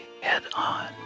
head-on